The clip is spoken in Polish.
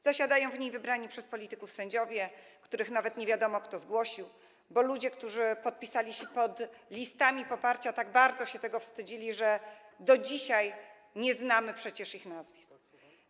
Zasiadają w niej wybrani przez polityków sędziowie, których nawet nie wiadomo kto zgłosił, bo ludzie, którzy podpisali się pod listami poparcia tak bardzo się tego wstydzili, że do dzisiaj nie znamy przecież ich nazwisk.